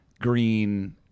green